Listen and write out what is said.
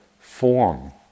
form